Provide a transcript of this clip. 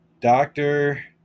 doctor